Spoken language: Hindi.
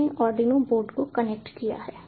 मैंने आर्डिनो बोर्ड को कनेक्ट किया है